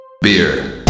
Beer